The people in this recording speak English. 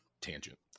tangent